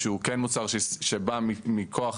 שהוא כן מוצר שבא מכוח